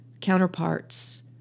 counterparts